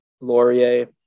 Laurier